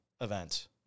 event